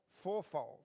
fourfold